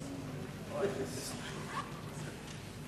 חקיקה ליישום התוכנית הכלכלית לשנים 2009 ו-2010)